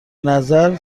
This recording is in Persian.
نظر